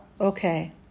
Okay